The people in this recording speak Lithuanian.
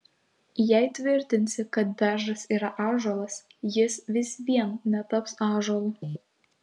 jei tvirtinsi kad beržas yra ąžuolas jis vis vien netaps ąžuolu